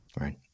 right